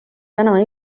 täna